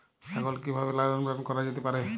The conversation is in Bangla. ছাগল কি ভাবে লালন পালন করা যেতে পারে?